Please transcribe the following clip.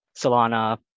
Solana